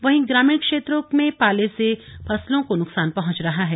वहीं ग्रामीण क्षेत्रों में पाले से फसलों को नुकसान पहुंच रहा है